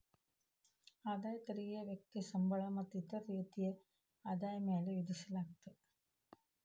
ಆದಾಯ ತೆರಿಗೆನ ವ್ಯಕ್ತಿಯ ಸಂಬಳ ಮತ್ತ ಇತರ ರೇತಿಯ ಆದಾಯದ ಮ್ಯಾಲೆ ವಿಧಿಸಲಾಗತ್ತ